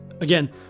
again